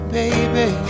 baby